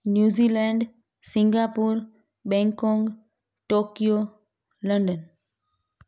New Zealand Singapore Bangkok Tokyo London